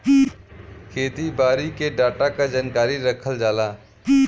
खेती बारी के डाटा क जानकारी रखल जाला